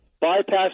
bypass